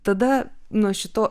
tada nuo šito